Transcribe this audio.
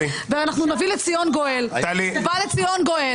ובא לציון גואל.